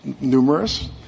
numerous